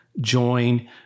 join